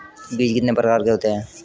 बीज कितने प्रकार के होते हैं?